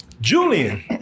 Julian